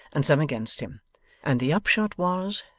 and some against him and the upshot was,